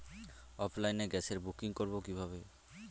অফলাইনে গ্যাসের বুকিং করব কিভাবে?